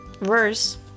verse